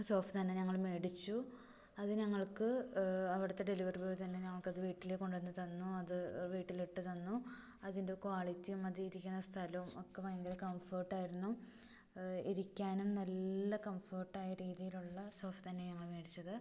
sofa തന്നെ ഞങ്ങൾ വേടിച്ചു അത് ഞങ്ങൾക്ക് അവിടുത്ത ഡെലിവറി ബോയ് തന്നെ ഞങ്ങൾക്കത് വീട്ടിൽ കൊണ്ടുവന്ന് തന്ന് അത് വീട്ടിലിട്ട് തന്നു അതിൻ്റെ ക്വാളിറ്റിയും അതിരിക്കുന്ന സ്ഥലവും ഒക്കെ ഭയങ്കര കംഫേർട്ട് ആയിരുന്നു ഇരിക്കാനും നല്ല കംഫേർട്ട് ആയ രീതിയിലുള്ള സോഫ തന്നെയാണ് വേടിച്ചത്